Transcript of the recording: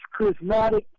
charismatic